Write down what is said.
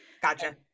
gotcha